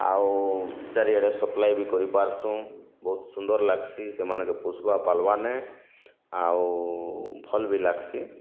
ଆଉ ଚାରି ଆଡ଼େ ସପ୍ଲାଏ ବି କରି ପାରୁସୁଁ ବହୁତ୍ ସୁନ୍ଦର ଲାଗ୍ସି ସେମାନଙ୍କେ ପୁଷ୍ପା ପାଲ୍ବାନେ ଆଉ ଭଲ୍ ବି ଲାଗ୍ସି